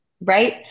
Right